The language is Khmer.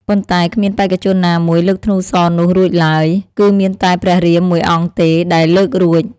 ប៉ុន្តែគ្មានបេក្ខជនណាមួយលើកធ្នូសរនោះរួចឡើយ គឺមានតែព្រះរាមមួយអង្គទេ ដែលលើករួច។